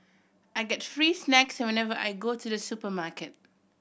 I get free snacks whenever I go to the supermarket